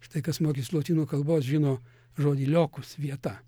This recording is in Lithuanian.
štai kas mokėsi lotynų kalbos žino žodį liokus vieta